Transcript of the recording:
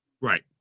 Right